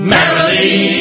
Merrily